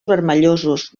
vermellosos